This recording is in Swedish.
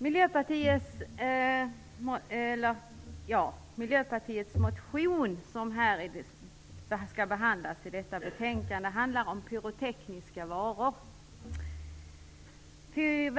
Herr talman! Miljöpartiets motion som behandlas i detta betänkande handlar om pyrotekniska varor. När vi tänker på